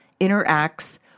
interacts